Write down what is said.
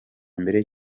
mbere